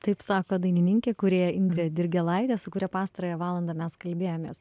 taip sako dainininkė kūrėja indrė dirgėlaitė su kuria pastarąją valandą mes kalbėjomės